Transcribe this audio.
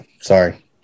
Sorry